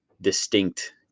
distinct